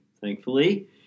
thankfully